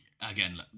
again